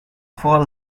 fall